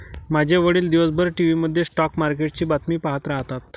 माझे वडील दिवसभर टीव्ही मध्ये स्टॉक मार्केटची बातमी पाहत राहतात